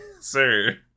sir